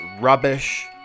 Rubbish